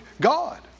God